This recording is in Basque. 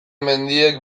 mendiek